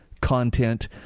content